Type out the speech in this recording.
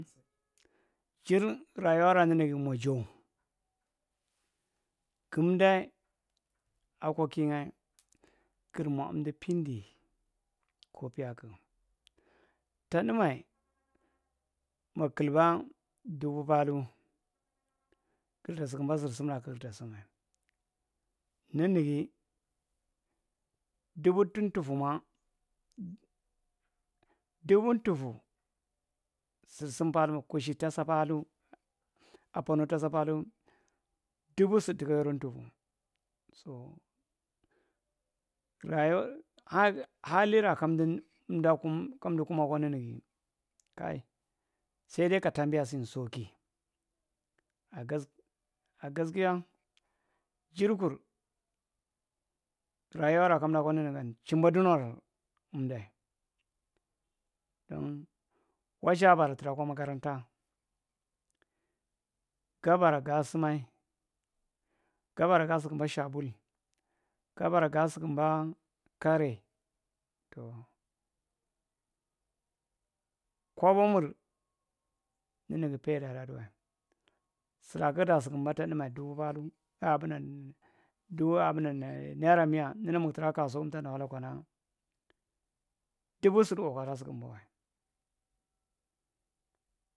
Jirr rayuwara ninigi mwa jaw, gumdae akwa ki’nyae girmwa emdu pindi ko piyaaaku ta’tdumae mak- kulba dubu paalthu gurta sukumba sursim’ra kigir ta sinae ninigi dubu tum tufu ma dubun tuf sir sim paathu kushi tassa paalthu, apanow tasa paalthu, duun su takka yarrow tufu so rayuwa, hali raa kamdi emdu kumaa kwo ninigi saidai ka taambiya sini sauki a gas a gaskia jirkur raayuwa’raa kamdaa’kwa munigaan chimba dinowar emdae dong wazaaa mbara trakwa magarnta gabara gaa simmae, gabara gaa’sikimba shaa’bu gabara gaasukumbaa kare tow kobomur ninigi payduna’duwae sura kugta sukum ba ta tduma dubu palthu aabunang naira miya ninigi muk trakwa kasuku emta nu kana dubu sud wakwa adaa sikinbawae.